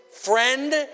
friend